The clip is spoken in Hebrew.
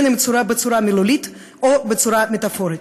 אם בצורה מילולית או בצורה מטפורית.